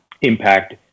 impact